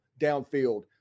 downfield